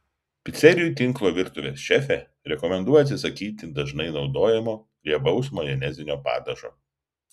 picerijų tinklo virtuvės šefė rekomenduoja atsisakyti dažnai naudojamo riebaus majonezinio padažo